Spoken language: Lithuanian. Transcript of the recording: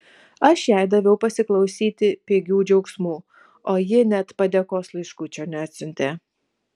aš jai daviau pasiklausyti pigių džiaugsmų o ji net padėkos laiškučio neatsiuntė